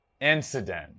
incident